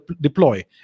deploy